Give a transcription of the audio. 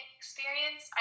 experience